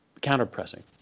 counter-pressing